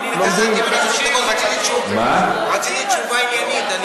אני גזלתי ממנו כמה דקות, רציתי תשובה עניינית.